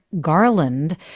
Garland